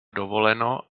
dovoleno